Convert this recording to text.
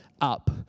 up